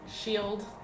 Shield